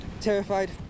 terrified